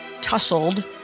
tussled